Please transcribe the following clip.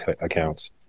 accounts